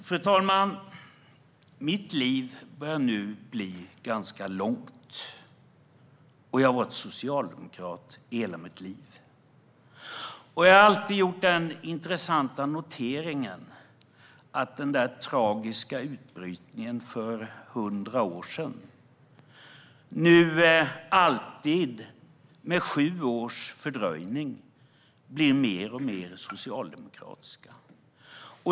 Fru talman! Mitt liv börjar nu bli ganska långt. Jag har varit socialdemokrat hela mitt liv. Jag har gjort den intressanta noteringen att den där tragiska utbrytningen för 100 år sedan nu med sju års fördröjning blir mer och mer socialdemokratisk.